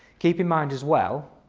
keep in mind as well,